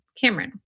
Cameron